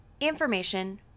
information